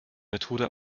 methode